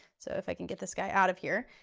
so if i can get this guy out of here.